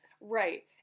Right